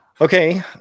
Okay